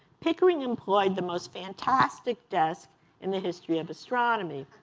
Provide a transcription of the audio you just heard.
pickering employed the most fantastic desk in the history of astronomy.